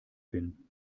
bin